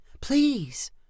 Please